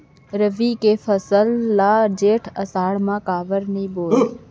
रबि के फसल ल जेठ आषाढ़ म काबर नही बोए?